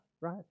right